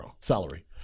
salary